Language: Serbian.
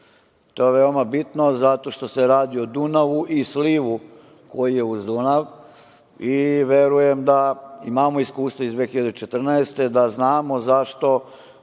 To je veoma bitno zato što se radi o Dunavu i slivu koji je uz Dunav i verujem da imamo iskustva iz 2014. godine, da znamo zašto